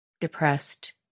depressed